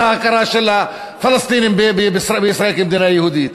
ההכרה של הפלסטינים בישראל כמדינה יהודית,